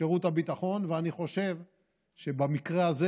שירות הביטחון, ואני חושב שבמקרה הזה